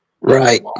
Right